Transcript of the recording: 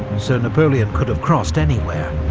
so napoleon could have crossed anywhere,